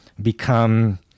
become